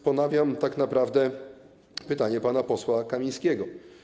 Ponawiam więc tak naprawdę pytanie pana posła Kamińskiego.